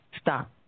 stop